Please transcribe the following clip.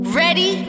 ready